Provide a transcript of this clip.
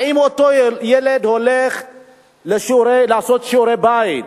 האם אותו ילד הולך לעשות שיעורי בית?